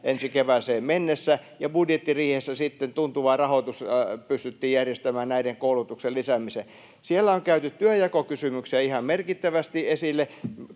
ensi kevääseen mennessä, ja budjettiriihessä sitten tuntuva rahoitus pystyttiin järjestämään näiden koulutuksen lisäämiseen. Siellä on käyty työnjakokysymyksiä ihan merkittävästi.